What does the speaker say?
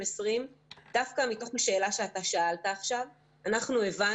אנחנו גם יודעים